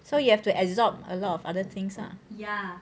so you have to absorb a lot of other things ah